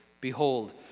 Behold